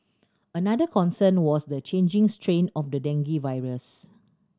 another concern was the changing strain of the dengue virus